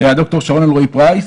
דוקטור שרון אלרואי פרייס.